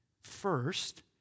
First